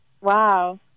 Wow